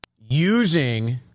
using